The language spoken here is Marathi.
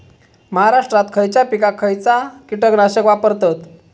महाराष्ट्रात खयच्या पिकाक खयचा कीटकनाशक वापरतत?